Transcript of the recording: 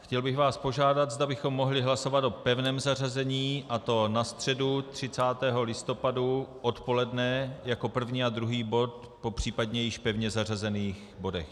Chtěl bych vás požádat, zda bychom mohli hlasovat o pevném zařazení, a to na středu 30. listopadu odpoledne jako první a druhý bod, případně po již pevně zařazených bodech.